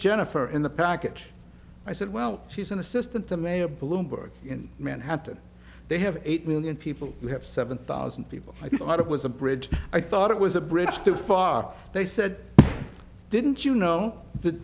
jennifer in the package i said well she's an assistant to mayor bloomberg in manhattan they have eight million people we have seven thousand people i thought it was a bridge i thought it was a bridge too far they said didn't you know the